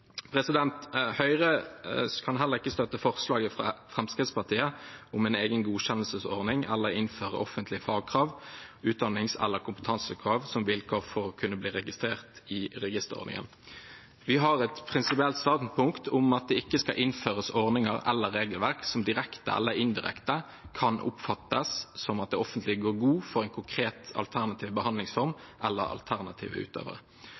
Høyre kan heller ikke støtte forslaget fra Fremskrittspartiet om en egen godkjennelsesordning eller innføre offentlige fagkrav, utdannings- eller kompetansekrav som vilkår for å kunne bli registrert i registerordningen. Vi har et prinsipielt standpunkt om at det ikke skal innføres ordninger eller regelverk som direkte eller indirekte kan oppfattes som at det offentlige går god for en konkret alternativ behandlingsform eller alternative utøvere.